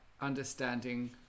understanding